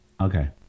Okay